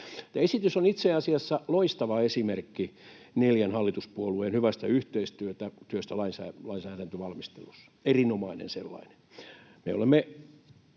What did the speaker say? Esitys on itse asiassa loistava esimerkki neljän hallituspuolueen hyvästä yhteistyöstä lainsäädäntövalmistelussa, erinomainen sellainen.